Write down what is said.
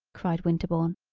cried winterbourne.